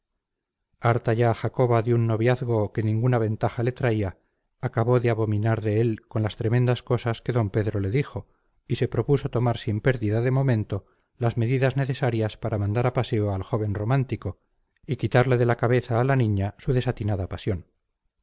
harta ya jacoba de un noviazgo que ninguna ventaja le traía acabó de abominar de él con las tremendas cosas que d pedro le dijo y se propuso tomar sin pérdida de momento las medidas necesarias para mandar a paseo al joven romántico y quitarle de la cabeza a la niña su desatinada pasión